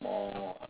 oh